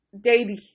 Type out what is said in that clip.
daily